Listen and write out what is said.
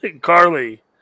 Carly